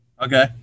Okay